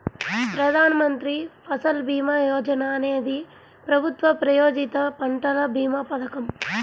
ప్రధాన్ మంత్రి ఫసల్ భీమా యోజన అనేది ప్రభుత్వ ప్రాయోజిత పంటల భీమా పథకం